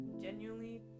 genuinely